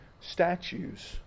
statues